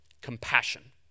Compassion